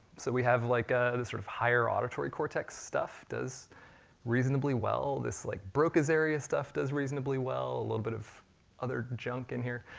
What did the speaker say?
so we have like ah this sort of higher auditory cortex stuff, does reasonably well. this like, broca's area stuff does reasonably well. a little bit of other junk in here,